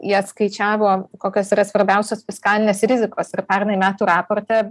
jie atskaičiavo kokios yra svarbiausios fiskalinės rizikos ir pernai metų raporte